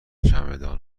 چمدان